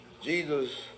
Jesus